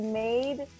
made